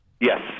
Yes